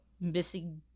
missing